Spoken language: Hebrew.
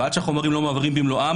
ועד שהחומרים לא מועברים במלואם,